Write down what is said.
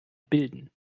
bilden